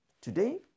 today